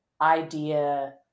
idea